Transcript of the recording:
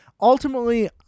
ultimately